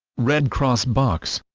red cross box